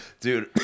Dude